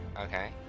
Okay